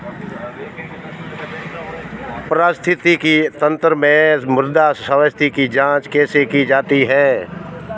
पारिस्थितिकी तंत्र में मृदा स्वास्थ्य की जांच कैसे की जाती है?